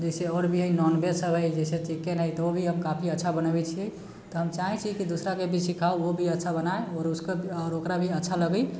जइसे आओर भी है नॉनवेज सब है जाहिसे चिकेन है तऽ ओ भी हम काफी अच्छा बनबै छियै तऽ हम चाहै छियै की दूसरा के भी सिखाउ ओभी अच्छा बनाए आओर ओकरा भी अच्छा लगै